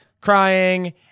crying